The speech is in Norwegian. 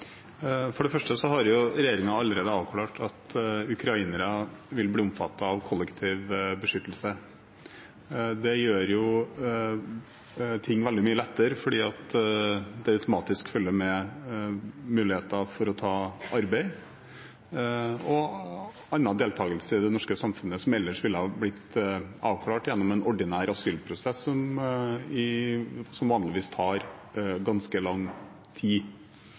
for spørsmålet. For det første har regjeringen allerede avklart at ukrainere vil bli omfattet av kollektiv beskyttelse. Det gjør ting veldig mye lettere fordi det automatisk følger med muligheter for å ta arbeid og for annen deltakelse i det norske samfunnet som ellers ville ha blitt avklart gjennom en ordinær asylprosess, som vanligvis tar ganske lang tid.